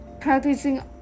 practicing